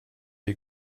ihr